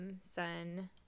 sun